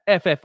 FF